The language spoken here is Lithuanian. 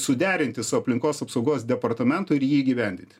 suderinti su aplinkos apsaugos departamentu ir jį įgyvendinti